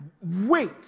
wait